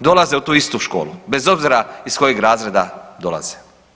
dolaze u tu istu školu bez obzira iz koje razreda dolaze.